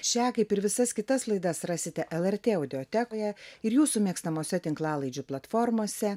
šią kaip ir visas kitas laidas rasite lrt adiotekoje ir jūsų mėgstamose tinklalaidžių platformose